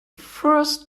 first